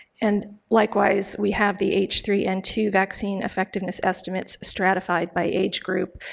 and, likewise, we have the h three n two vaccine effectiveness estimates stratified by age group,